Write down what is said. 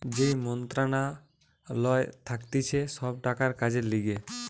যেই মন্ত্রণালয় থাকতিছে সব টাকার কাজের লিগে